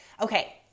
Okay